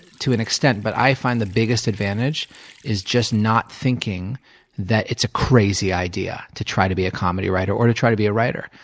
to an extent, but i find the biggest advantage is just not thinking that it's a crazy idea to try to be a comedy writer or to try to be a writer.